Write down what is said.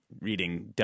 reading